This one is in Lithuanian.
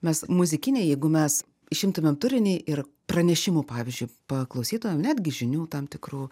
mes muzikinė jeigu mes išimtumėm turinį ir pranešimų pavyzdžiui paklausytumėm netgi žinių tam tikrų